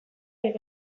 ere